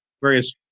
various